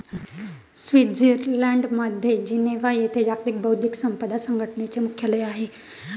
स्वित्झर्लंडमधील जिनेव्हा येथे जागतिक बौद्धिक संपदा संघटनेचे मुख्यालय आहे